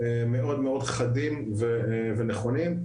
מאוד מאוד חדים ונכונים.